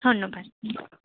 ধন্যবাদ ধন্যবাদ